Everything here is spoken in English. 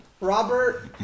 Robert